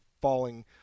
falling